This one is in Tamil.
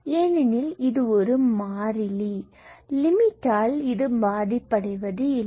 ஏனெனில் இது ஒரு மாறிலி லிமிட் ஆல் இது பாதிப்படைவதில்லை